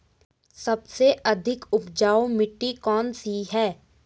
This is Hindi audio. सबसे अधिक उपजाऊ मिट्टी कौन सी है?